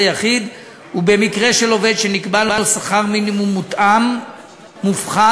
יחיד ובמקרה של עובד שנקבע לו שכר מינימום מותאם מופחת,